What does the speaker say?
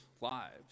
lives